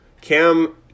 Cam